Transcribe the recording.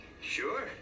Sure